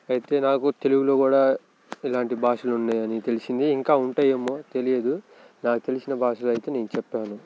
అయితే ఎలాగో తెలుగులో కూడా ఇలాంటి భాషలు ఉన్నాయని తెలిసింది ఇంకా ఉంటాయేమో తెలియదు నాకు తెలిసిన భాషలైతే నేను చెప్పాను